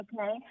Okay